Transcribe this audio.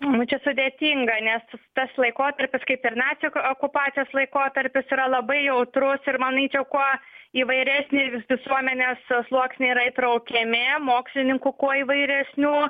nu čia sudėtinga nes tas laikotarpis kaip ir nacių okupacijos laikotarpis yra labai jautrus ir manyčiau kuo įvairesni vis visuomenės sluoksniai yra įtraukiami mokslininkų kuo įvairesnių